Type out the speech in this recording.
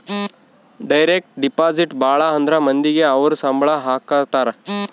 direct deposit ಭಾಳ ಅಂದ್ರ ಮಂದಿಗೆ ಅವ್ರ ಸಂಬ್ಳ ಹಾಕತರೆ